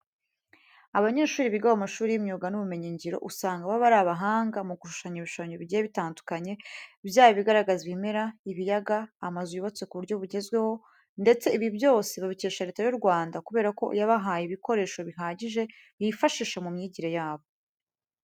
Abanyeshuri biga mu mashuri y'imyuga n'ubumenyingiro usanga baba ari abahanga mu gushushanya ibishushanyo bigiye bitandukanye byaba ibigaragaza ibimera, ibiyaga, amazu y'ubatse ku buryo bugezweho ndetse ibi byose babicyesha Leta y'u Rwanda kubera ko yabahaye ibikoresho bihagije bifashisha mu myigire yabo.